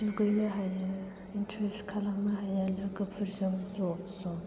दुगैनो हायो इन्ट्रेस्ट खालामनो हायो लोगोफोरजों ज' ज'